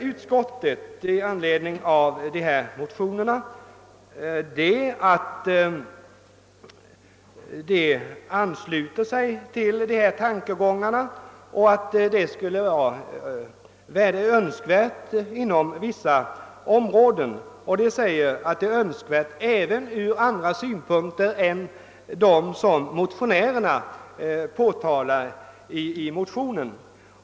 Utskottet ansluter sig till de i motionerna framförda tankegångarna och anför att en samordning av regionalplane ringen inom vissa områden vore önskvärd — även ur andra synpunkter än de i motionerna angivna.